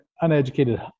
uneducated